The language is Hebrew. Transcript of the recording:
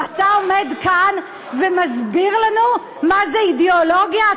ואתה עומד כאן ומסביר לנו מה זה אידיאולוגיה?